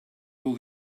all